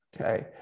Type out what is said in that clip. okay